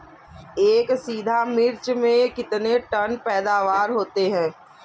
एक बीघा मिर्च में कितने टन पैदावार होती है?